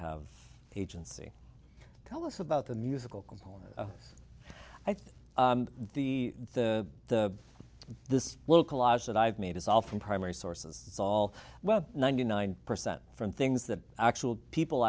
have agency tell us about the musical component i think the the this will collage that i've made is all from primary sources it's all well ninety nine percent from things that actually people